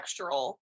textural